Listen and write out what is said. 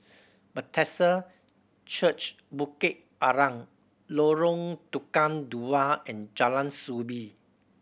Bethesda Church Bukit Arang Lorong Tukang Dua and Jalan Soo Bee